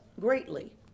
greatly